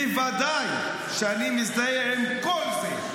בוודאי שאני מזדהה עם כל זה,